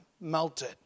melted